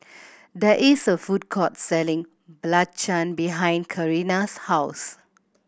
there is a food court selling belacan behind Carina's house